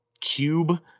Cube